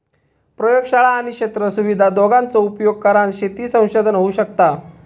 प्रयोगशाळा आणि क्षेत्र सुविधा दोघांचो उपयोग करान शेती संशोधन होऊ शकता